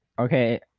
Okay